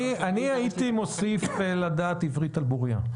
אני הייתי מוסיף ידיעת עברית על בוריה.